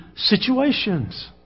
Situations